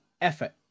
effort